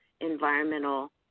environmental